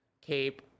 cape